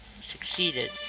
succeeded